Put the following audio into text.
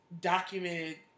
documented